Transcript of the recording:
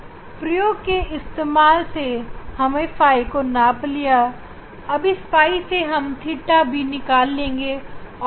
हम प्रयोग के इस्तेमाल से ɸ को नाप रहे हैं अब इस ɸ से हम θB निकाल लेंगे